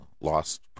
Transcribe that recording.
lost